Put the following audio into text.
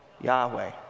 Yahweh